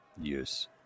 yes